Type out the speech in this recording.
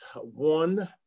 One